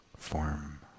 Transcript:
form